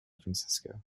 francisco